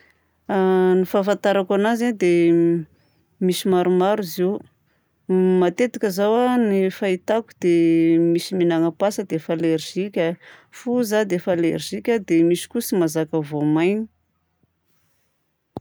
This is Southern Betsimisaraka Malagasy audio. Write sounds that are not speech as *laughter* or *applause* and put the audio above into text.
A *hesitation* ny fahafantarako anazy a dia *hesitation* misy maromaro izy io. M *hesitation* Matetika izao a ny fahitako dia *hesitation* misy mihignana patsa dia efa alerzika, foza dia efa alerzika, dia misy koa tsy mahazaka voamaina.